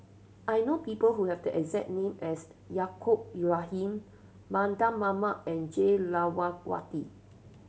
I know people who have the exact name as Yaacob Ibrahim Mardan Mamat and Jah Lelawati